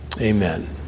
Amen